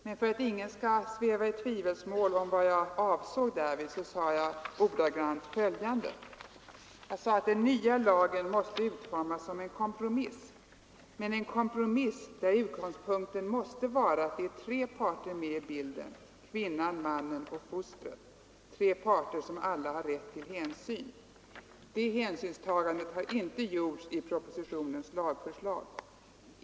Men för att ingen skall sväva i tvivelsmål om vad jag därvid avsåg vill jag ordagrant läsa upp det jag sade: ”——— den nya lagen måste utformas som en kompromiss — men en kompromiss, där utgångspunkten måste vara att det är tre parter med i bilden: kvinnan, mannen och fostret — tre parter som alla har rätt till hänsyn. Det hänsynstagandet har inte gjorts i propositionens lagförslag.